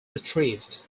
retrieved